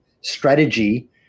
strategy